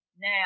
Now